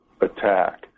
attack